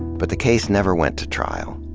but the case never went to trial.